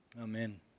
Amen